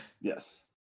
Yes